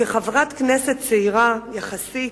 כחברת כנסת צעירה יחסית,